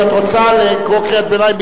אם את רוצה לקרוא קריאת ביניים,